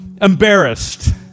embarrassed